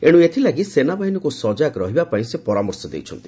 ଏଣ୍ର ଏଥିଲାଗି ସେନାବାହିନୀକୁ ସଜାଗ ରହିବା ପାଇଁ ସେ ପରାମର୍ଶ ଦେଇଛନ୍ତି